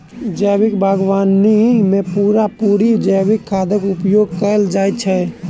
जैविक बागवानी मे पूरा पूरी जैविक खादक उपयोग कएल जाइत छै